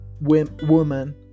woman